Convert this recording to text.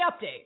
Update